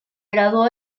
graduó